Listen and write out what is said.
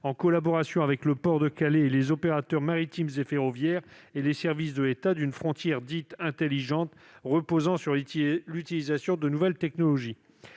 en collaboration avec le port de Calais, les opérateurs maritimes et ferroviaires et les services de l'État, d'une frontière dite « intelligente » reposant sur l'utilisation des nouvelles technologies.